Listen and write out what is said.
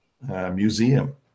Museum